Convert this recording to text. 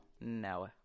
no